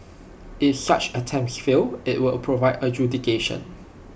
if such attempts fail IT will provide adjudication